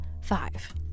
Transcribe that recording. five